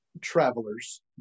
travelers